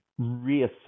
reassess